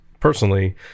personally